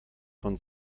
von